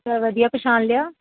ਵਧੀਆ ਪਹਿਚਾਣ ਲਿਆ